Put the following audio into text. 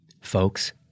Folks